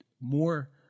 more –